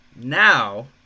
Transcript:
Now